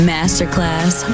Masterclass